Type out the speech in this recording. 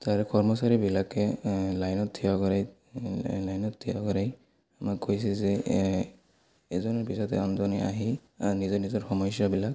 তাৰে কৰ্মচাৰীবিলাকে লাইনত থিয় কৰাই লাইনত থিয় কৰাই আমাক কৈছে যে এ এজনৰ পিছতে আনজনে আহি নিজৰ নিজৰ সমস্যাবিলাক